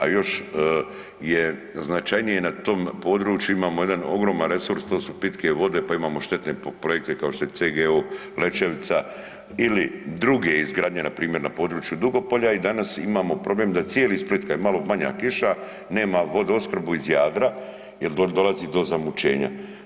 A još je značajnije na tom području imamo jedan ogroman resurs, to su pitke vode, pa imamo štetne projekte kao što su CGO Lećevica ili druge izgradnja npr. na području Dugopolja i danas imamo problem da cijeli Split kad je malo manja kiša nema vodoopskrbu iz Jadra jel dolazi do zamućenja.